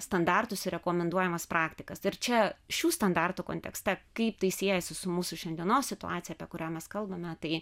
standartus ir rekomenduojamas praktikas ir čia šių standartų kontekste kaip tai siejasi su mūsų šiandienos situacija apie kurią mes kalbame tai